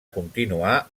continuar